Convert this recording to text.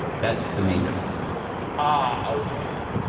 that's the main difference ah okay.